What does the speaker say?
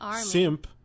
simp